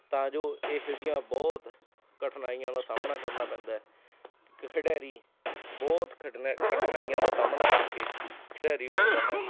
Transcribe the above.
ਤਾਂ ਜੋ ਇਹੋ ਜਿਹੀਆਂ ਬਹੁਤ ਕਠਿਨਾਈਆਂ ਦਾ ਸਾਹਮਣਾ ਕਰਨਾ ਪੈਂਦਾ ਇੱਕ ਖਿਡਾਰੀ ਬਹੁਤ ਖਠਨੈ ਕਠਿਨਾਈਆਂ ਦਾ ਸਾਹਮਣਾ ਕਰਕੇ ਖਿਡਾਰੀ ਬਣਦਾ ਹੈ